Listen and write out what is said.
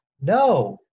No